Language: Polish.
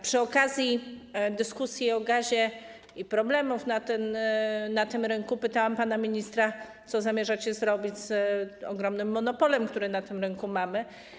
Przy okazji dyskusji o gazie i problemach na rynku pytałam pana ministra, co zamierzacie zrobić z ogromnym monopolem, który na tym rynku mamy.